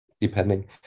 depending